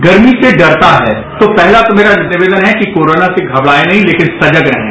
गरमी से डरता है तो पहला तो मेरा विनम्न निवेदन है कि कोरोना से घबरायें नही तेकिन सजग रहें